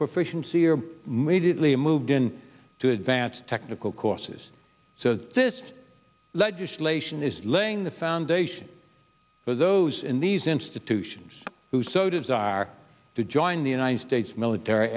proficiency or made it lee moved in to advanced technical courses so this legislation is laying the foundation for those in these institutions who sodas are to join the united states military